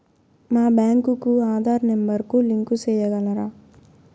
మా బ్యాంకు కు ఆధార్ నెంబర్ కు లింకు సేయగలరా?